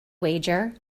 wager